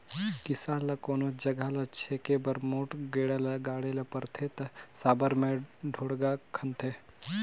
किसान ल कोनोच जगहा ल छेके बर मोट गेड़ा ल गाड़े ले परथे ता साबर मे ढोड़गा खनथे